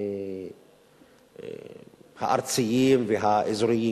הארציים והאזוריים,